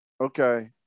Okay